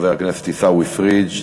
חברי הכנסת עיסאווי פריג',